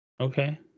Okay